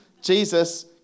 Jesus